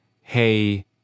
Hey